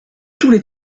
tous